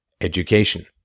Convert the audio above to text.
education